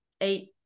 eight